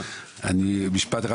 משפט אחד.